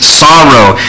sorrow